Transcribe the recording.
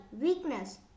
weakness